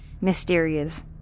mysterious